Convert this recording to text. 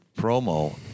promo